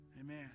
Amen